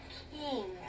king